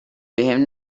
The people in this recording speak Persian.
بهم